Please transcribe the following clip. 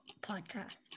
podcast